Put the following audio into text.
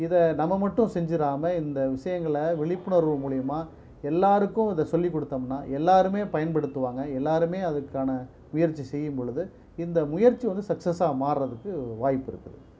இத நம்ம மட்டும் செஞ்சிடாம இந்த விஷயங்கள விழிப்புணர்வு மூலயமா எல்லாருக்கும் இதை சொல்லி கொடுத்தோம்னா எல்லாருமே பயன்படுத்துவாங்க எல்லாருமே அதுக்கான முயற்சி செய்யும்பொழுது இந்த முயற்சி வந்து சக்ஸஸ்ஸாக மாறுறதுக்கு வாய்ப்பு இருக்குது